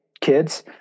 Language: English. kids